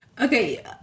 Okay